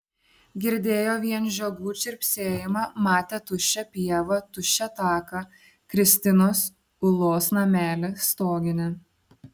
girdėjo vien žiogų čirpsėjimą matė tuščią pievą tuščią taką kristinos ulos namelį stoginę